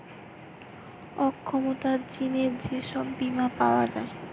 অক্ষমতার জিনে যে সব বীমা পাওয়া যায়